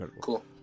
cool